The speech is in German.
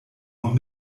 noch